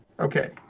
Okay